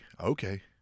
okay